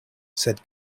said